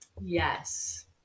yes